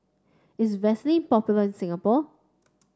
is Vaselin popular in Singapore